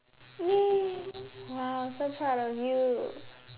!yay! !wow! so proud of you